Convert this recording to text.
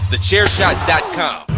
TheChairShot.com